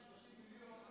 230 מיליון לא,